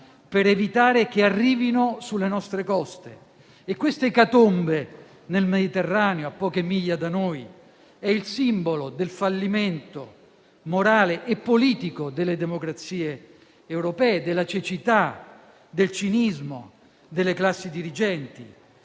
per evitare che arrivino sulle nostre coste. E questa ecatombe nel Mediterraneo, a poche miglia da noi, è il simbolo del fallimento morale e politico delle democrazie europee, della cecità e del cinismo delle classi dirigenti.